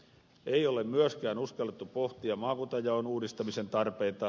ei ole myöskään uskallettu pohtia maakuntajaon uudistamisen tarpeita